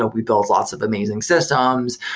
ah we build lots of amazing systems,